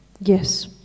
Yes